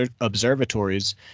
observatories